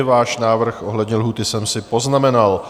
Váš návrh ohledně lhůty jsem si poznamenal.